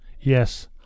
Yes